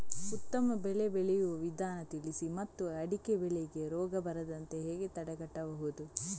ಉತ್ತಮ ಬೆಳೆ ಬೆಳೆಯುವ ವಿಧಾನ ತಿಳಿಸಿ ಮತ್ತು ಅಡಿಕೆ ಬೆಳೆಗೆ ರೋಗ ಬರದಂತೆ ಹೇಗೆ ತಡೆಗಟ್ಟಬಹುದು?